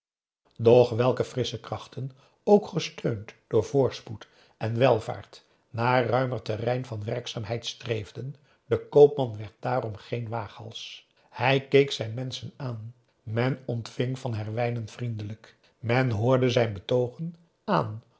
doch welke frissche krachten ook gesteund door voorspoed en welwaart naar ruimer terrein van werkzaamheid streefden de koopman werd daarom geen waaghals hij keek zijn menschen aan men ontving van herwijnen vriendelijk men hoorde zijn betoogen aan